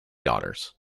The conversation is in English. daughters